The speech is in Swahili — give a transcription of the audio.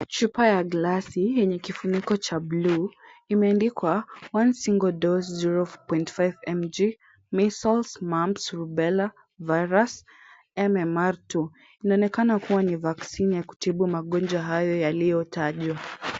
Chupa ya glasi yenye kifuniko cha bluu imeindikwa one single dose zero point five mg, measles, mumps, rubella virus MMR two . Inaonekana kuwa ni vaccine ya kutibu magonjwa hayo yaliyotajwa.